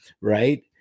Right